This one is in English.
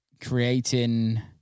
creating